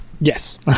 Yes